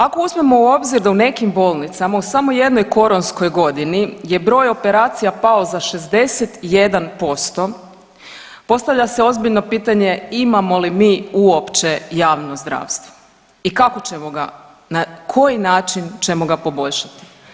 Ako uzmemo u obzir da u nekim bolnicama u samo jednoj koronskoj godini je broj operacija pao za 61% postavlja se ozbiljno pitanje, imamo li mi uopće javno zdravstvo i kako ćemo ga na koji način ćemo ga poboljšati?